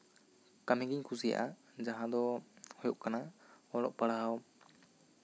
ᱠᱟᱹᱢᱤᱜᱤᱧ ᱠᱩᱥᱤᱭᱟᱜᱼᱟ ᱡᱟᱦᱟᱸ ᱫᱚ ᱦᱩᱭᱩᱜ ᱠᱟᱱᱟ ᱚᱞᱚᱜ ᱯᱟᱲᱦᱟᱣ